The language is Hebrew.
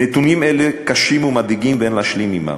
נתונים אלה הם קשים ומדאיגים ואין להשלים אתם.